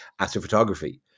astrophotography